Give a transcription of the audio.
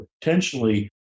potentially